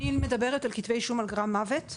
אני מדברת על כתבי אישום על גרם מוות,